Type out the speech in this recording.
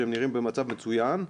שהם נראים במצב מצוין,